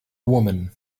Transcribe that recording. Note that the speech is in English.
woman